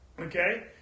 Okay